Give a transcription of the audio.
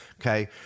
Okay